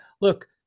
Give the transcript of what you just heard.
Look